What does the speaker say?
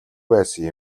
байсан